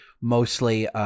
mostly